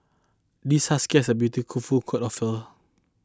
this husky has a beautiful coat of fur